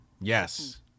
Yes